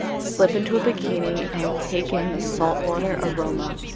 slip into a bikini and take in the saltwater aroma.